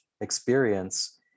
experience